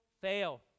fail